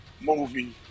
movie